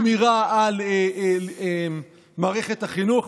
לשמירה על מערכת החינוך.